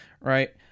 right